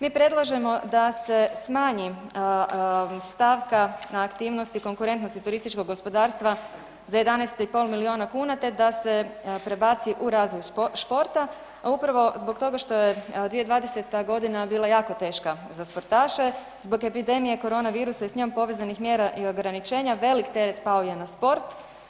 Mi predlažemo da se smanji stavka na aktivnosti konkurentnosti turističkog gospodarstva za 11,5 milijuna kuna, te da se prebaci u razvoj športa, a upravo zbog toga što je 2020.g. bila jako teška za sportaše zbog epidemije korona virusa i s njom povezanih mjera i ograničenja, velik teret pao je na sport.